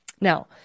Now